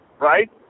right